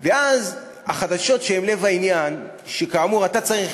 ואז, החדשות, שהן לב העניין, שכאמור, אתה צריך,